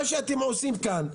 מה שאתם עושים כאן,